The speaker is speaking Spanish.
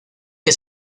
que